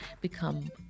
become